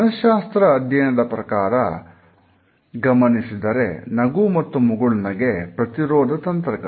ಮನಶ್ಯಾಸ್ತ್ರ ಅಧ್ಯಯನದ ಪ್ರಕಾರ ಗಮನಿಸಿದರೆ ನಗು ಮತ್ತು ಮುಗುಳ್ನಗೆ ಪ್ರತಿರೋಧ ತಂತ್ರಗಳು